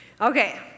Okay